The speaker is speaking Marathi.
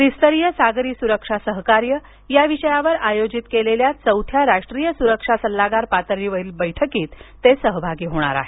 त्रिस्तरीय सागरी सुरक्षा सहकार्य या विषयावर आयोजित केलेल्या चौथ्या राष्ट्रीय सुरक्षा सल्लागार पातळीवरील बैठकीत ते सहभागी होणार आहेत